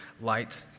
light